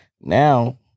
Now